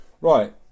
Right